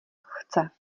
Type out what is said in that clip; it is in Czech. chce